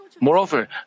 Moreover